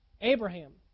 Abraham